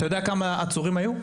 אתה יודע כמה עצורים היו?